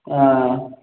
ஆ